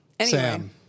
Sam